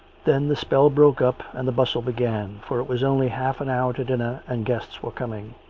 then the spell broke up and the bustle began, for it was only half an hour to dinner and guests were coming.